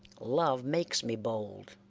love makes me bold.